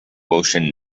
ocean